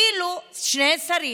שני שרים,